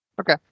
Okay